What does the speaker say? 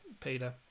Peter